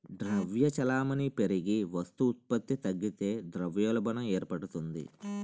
ద్రవ్య చలామణి పెరిగి వస్తు ఉత్పత్తి తగ్గితే ద్రవ్యోల్బణం ఏర్పడుతుంది